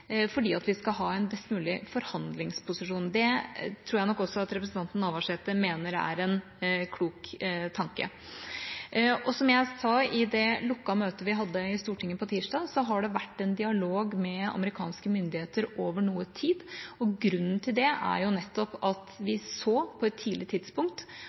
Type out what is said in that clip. fordi vi skal ha en best mulig forhandlingsposisjon. Det tror jeg nok også at representanten Navarsete mener er en klok tanke. Som jeg sa i det lukkede møtet vi hadde i Stortinget på tirsdag, har det vært en dialog med amerikanske myndigheter over noe tid. Grunnen til det er at vi så på et tidlig tidspunkt